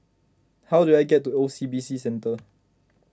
how do I get to O C B C Centre